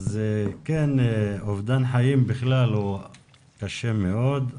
אובדן חיים בכלל הוא קשה מאוד,